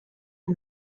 and